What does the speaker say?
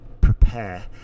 prepare